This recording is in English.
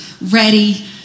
ready